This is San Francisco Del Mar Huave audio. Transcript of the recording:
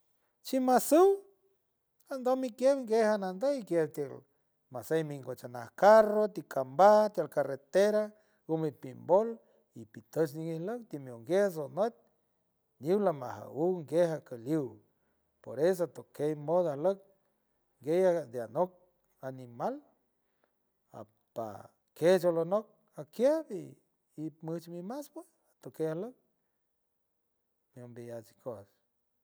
Shima suw ando mikien guiej ganandey guiej tiel masey mi gochanan naj carro tikambaj tiel carretera gome pimbold ipitosh nguiej lock timio nguies o nüt ndiw lamajawuw guej acaliw por eso atokey modo ajlock gue de anok animal apaj kej ajlonock akiaj y ip mush mi mas pue tokey ajlock mi umbeyajts shikojts.